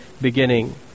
beginning